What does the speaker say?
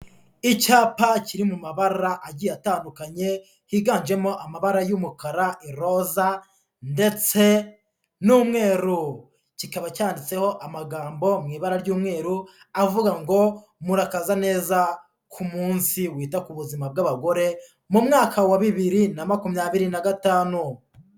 Icyapa kiri mu mabara agiye atandukanye, higanjemo amabara y'umukara, iroza ndetse n'umweru, kikaba cyanditseho amagambo mu ibara ry'umweru avuga ngo ''Murakaza neza ku munsi wita ku buzima bw'abagore, mu mwaka wa bibiri na makumyabiri na gatanu.''